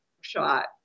Shot